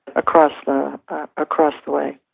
across the across the way